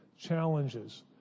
challenges